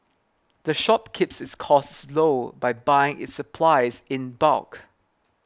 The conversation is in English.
the shop keeps its costs low by buying its supplies in bulk